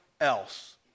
else